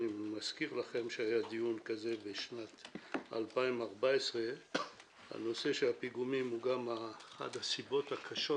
אני מזכיר לכם שהיה דיון כזה בשנת 2014. הנושא של הפיגומים הוא גם אחת הסיבות הקשות